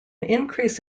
increase